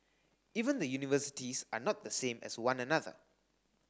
even the universities are not the same as one another